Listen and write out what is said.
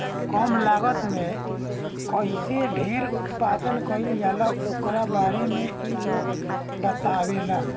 कम लागत में कईसे ढेर उत्पादन कईल जाला ओकरा बारे में इ लोग बतावेला